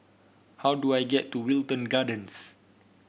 how do I get to Wilton Gardens